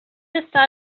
està